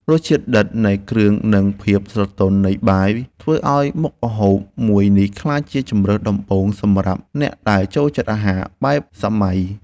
រសជាតិដិតនៃគ្រឿងនិងភាពស្រទន់នៃបាយធ្វើឱ្យមុខម្ហូបមួយនេះក្លាយជាជម្រើសដំបូងសម្រាប់អ្នកដែលចូលចិត្តអាហារបែបសម័យ។